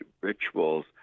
rituals